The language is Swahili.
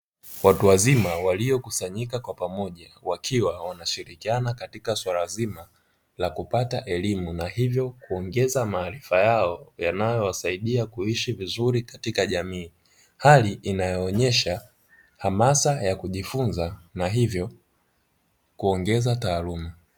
Watu wazima waliokusanyika kwa pamoja, wakiwa wanashirikiana katika swala zima la kupata elimu, na hivyo kuongeza maarifa yao yanayowasaidia kuishi vizuri katika jamii. Hali inayoonyesha hamasa ya kujifunza na hivyo kuongeza taaluma.